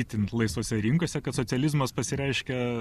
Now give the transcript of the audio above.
itin laisvose rinkose kad socializmas pasireiškia